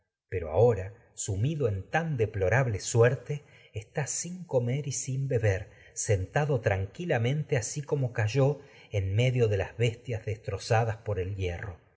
pero ahora sumido en tan deplora ble suerte está sin como comer y sin beber sentado tranqui medio de las bestias destroevidente que está que lamente así cayó en trozadas por el hierro